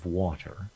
water